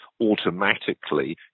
automatically